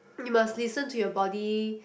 you must listen to your body